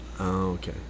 Okay